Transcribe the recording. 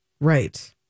Right